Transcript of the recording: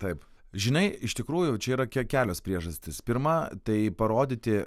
taip žinai iš tikrųjų čia yra kie kelios priežastys pirma tai parodyti